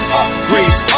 upgrades